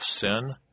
sin